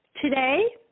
Today